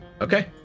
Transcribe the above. Okay